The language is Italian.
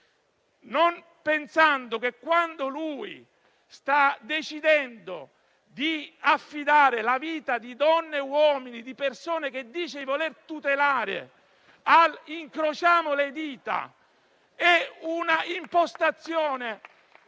non pensando che decidendo di affidare la vita di donne e uomini, di persone che dice di voler tutelare "all'incrociamo le dita", sta impostando